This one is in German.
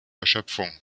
erschöpfung